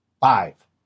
Five